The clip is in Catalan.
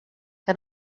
que